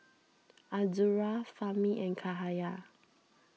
Azura Fahmi and Cahaya